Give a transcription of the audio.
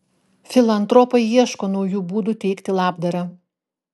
filantropai ieško naujų būdų teikti labdarą